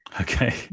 Okay